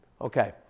Okay